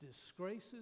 Disgraces